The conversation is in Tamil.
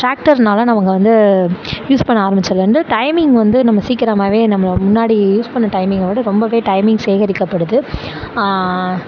டிராக்டர்னால் ந அவங்க வந்து யூஸ் பண்ண ஆரமிச்சதுல இருந்து டைமிங் வந்து நம்ம சீக்கிரமாகவே நம்பளை முன்னாடி யூஸ் பண்ண டைமிங்கை விட ரொம்பவே டைமிங்ஸ் சேகரிக்கப்படுது